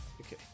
Okay